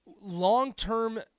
long-term